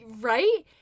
Right